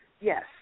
Yes